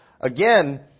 again